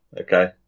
okay